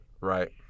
right